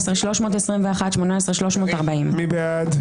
18,001 עד 18,020. מי בעד?